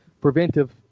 preventive